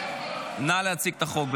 נא להציג את החוק.